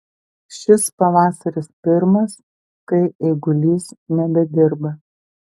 šis pavasaris pirmas kai eigulys nebedirba